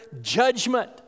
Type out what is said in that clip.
judgment